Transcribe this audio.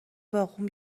باغبون